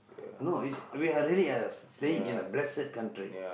no it's we are really uh staying in a blessed country